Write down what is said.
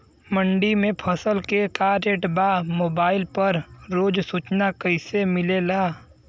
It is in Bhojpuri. मंडी में फसल के का रेट बा मोबाइल पर रोज सूचना कैसे मिलेला?